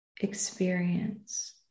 experience